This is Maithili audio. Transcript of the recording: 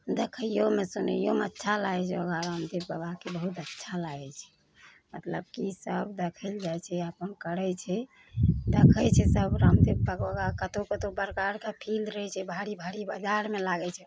देखैयोमे सुनैयोमे अच्छा लागै छै योगा रामदेव बाबाके बहुत अच्छा लागै छै मतलब की सब देखै लऽ जाइ छै अपन करै छै देखै छै सब रामदेव बाबाके योगा कतौ कतौ बड़का बड़का फील्ड रहै छै भारी भारी बाजारमे लागै छै योगा